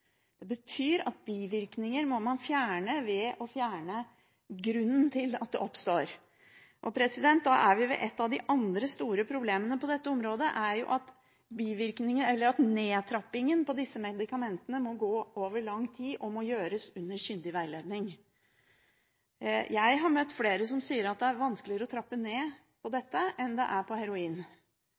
Det betyr at bivirkninger må man fjerne ved å fjerne grunnen til at de oppstår. Da er vi ved et av de andre store problemene på dette området: Nedtrappingen av disse medikamentene må gå over lang tid og må gjøres under kyndig veiledning. Jeg har møtt flere som sier at det er vanskeligere å trappe ned på dette enn på heroin. Det